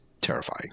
terrifying